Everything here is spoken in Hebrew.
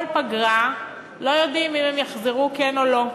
כל פגרה הם לא יודעים אם הם יחזרו או לא.